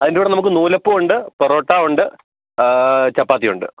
അതിൻ്റെ കൂടെ നമുക്ക് നൂലപ്പം ഉണ്ട് പൊറോട്ട ഉണ്ട് ചപ്പാത്തി ഉണ്ട്